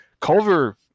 Culver